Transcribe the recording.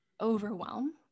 overwhelm